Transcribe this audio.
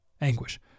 anguish